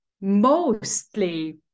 mostly